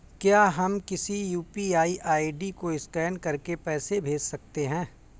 क्या हम किसी यू.पी.आई आई.डी को स्कैन करके पैसे भेज सकते हैं?